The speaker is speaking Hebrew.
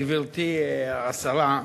גברתי השרה,